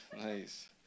Nice